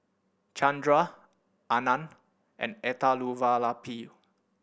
Chandra Anand and Elattuvalapil